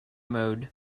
mode